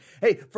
Hey